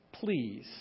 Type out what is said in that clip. Please